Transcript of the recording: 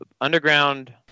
underground